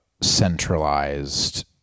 centralized